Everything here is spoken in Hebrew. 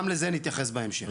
גם לזה נתייחס בהמשך.